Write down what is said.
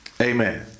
Amen